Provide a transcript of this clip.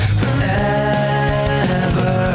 forever